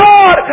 God